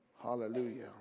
Hallelujah